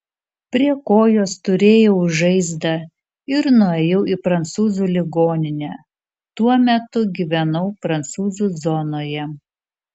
prie kojos turėjau žaizdą ir nuėjau į prancūzų ligoninę tuo metu gyvenau prancūzų zonoje